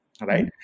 right